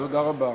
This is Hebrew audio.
תודה רבה.